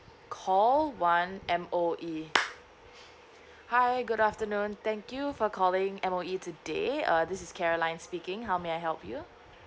call one M_O_E hi good afternoon thank you for calling M_O_E today uh this is caroline speaking how may I help you